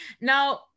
Now